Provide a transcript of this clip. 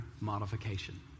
modification